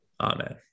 Amen